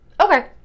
Okay